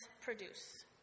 produce